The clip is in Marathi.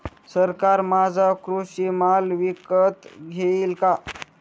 सरकार माझा कृषी माल विकत घेईल का?